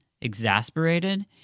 Exasperated